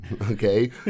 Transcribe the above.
Okay